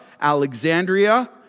Alexandria